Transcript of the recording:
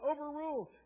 overruled